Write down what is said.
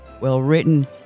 well-written